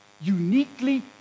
uniquely